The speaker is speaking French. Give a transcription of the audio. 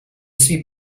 suis